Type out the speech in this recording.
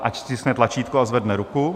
Ať stiskne tlačítko a zvedne ruku.